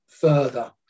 further